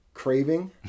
craving